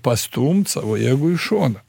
pastumt savo ego į šoną